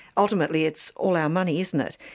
ultimately it's all our money, isn't it?